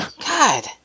God